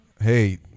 Hey